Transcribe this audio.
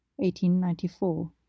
1894